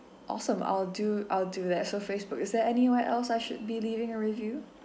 awesome I'll do I'll do that so facebook is there anywhere else I should be leaving a review